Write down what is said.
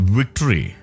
victory